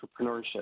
entrepreneurship